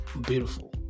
beautiful